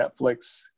Netflix